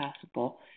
possible